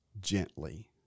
gently